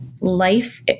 life